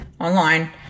online